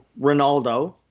Ronaldo